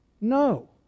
no